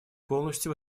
полностью